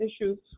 issues